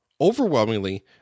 Overwhelmingly